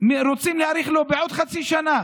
רוצים להאריך לו בעוד חצי שנה